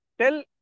tell